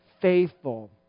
faithful